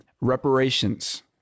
Reparations